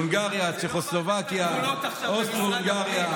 הונגריה, צ'כוסלובקיה, אוסטרו-הונגריה.